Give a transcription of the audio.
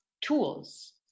tools